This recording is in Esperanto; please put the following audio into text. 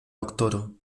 doktoro